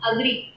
Agree